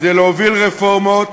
כדי להוביל רפורמות,